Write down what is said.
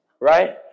right